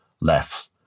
left